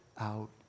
out